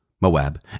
Moab